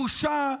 בושה,